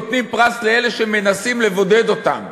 נותנים פרס לאלה שמנסים לבודד אותם.